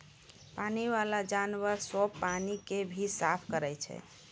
पानी बाला जानवर सोस पानी के भी साफ करै छै